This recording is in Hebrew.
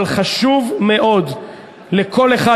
אבל חשוב מאוד לכל אחד,